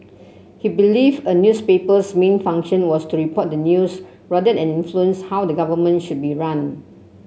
he believed a newspaper's main function was to report the news rather than influence how the government should be run